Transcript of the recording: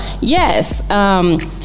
yes